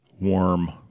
warm